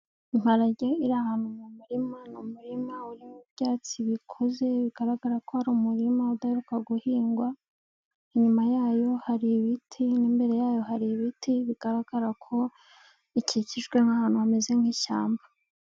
Imparage iri ahantu mu murima, ni umurima urimo ibyatsi bikuze bigaragara ko hari umurima udaheruka guhingwa inyuma yayo hari ibiti imbere yayo hari ibiti bigaragara ko ikikijwe nk'ahantu hameze nk'ishyamba.